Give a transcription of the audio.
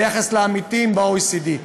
ביחס לעמיתים ב-OECD.